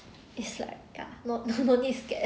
is like ya no no need scare